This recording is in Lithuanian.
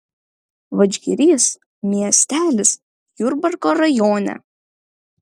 vadžgirys miestelis jurbarko rajone